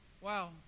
Wow